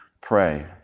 pray